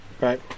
right